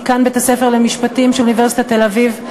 דיקן בית-הספר למשפטים של אוניברסיטת תל-אביב,